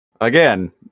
again